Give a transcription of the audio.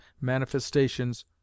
manifestations